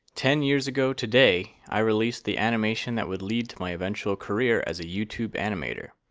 ten years ago today, i released the animation that would lead to my eventual career as a youtube animator!